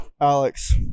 alex